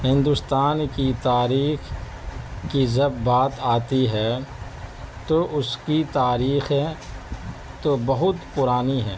ہندوستان کی تاریخ کی جب بات آتی ہے تو اس کی تاریخیں تو بہت پرانی ہیں